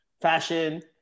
fashion